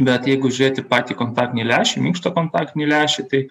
bet jeigu žiūrėti patį kontaktinį lęšį minkštą kontaktinį lęšį tai